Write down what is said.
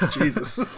jesus